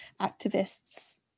activists